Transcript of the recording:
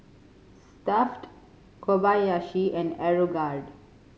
Stuff'd Kobayashi and Aeroguard